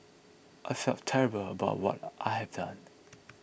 I feel terrible about what I have done